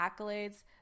accolades